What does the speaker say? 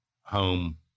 home